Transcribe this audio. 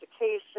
education